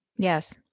Yes